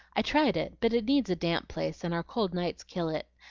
i tried it, but it needs a damp place, and our cold nights kill it.